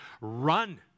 Run